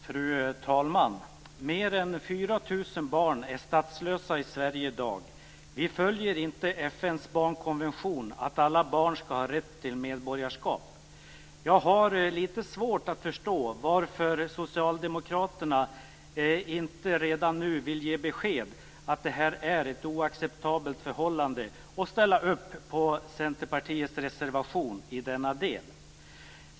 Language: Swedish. Fru talman! Mer än 4 000 barn är statslösa i Sverige i dag. Vi följer inte FN:s barnkonvention, att alla barn skall ha rätt till medborgarskap. Jag har litet svårt att förstå varför socialdemokraterna inte redan nu vill ge besked om att det här är ett oacceptabelt förhållande och ställa upp på Centerpartiets reservation i denna del.